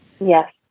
Yes